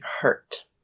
hurt